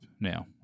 now